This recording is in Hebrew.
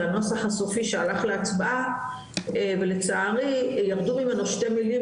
הנוסח הסופי שהלך להצבעה ולצערי ירדו ממנו שתי מילים